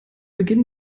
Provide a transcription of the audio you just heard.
beginn